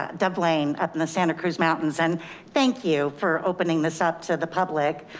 ah dub lane up in the santa cruz mountains. and thank you for opening this up to the public.